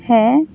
ᱦᱮᱸ